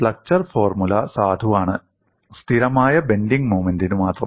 flexure formula സാധുവാണ് സ്ഥിരമായ bending മോമെന്റിനു മാത്രം